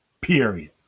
Period